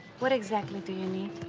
what exactly do you need?